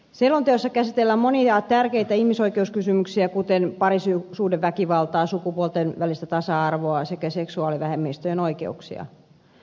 selonteossa käsitellään monia tärkeitä ihmisoikeuskysymyksiä kuten parisuhdeväkivaltaa sukupuolten välistä tasa arvoa sekä seksuaalivähemmistöjen oikeuksia